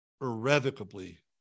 irrevocably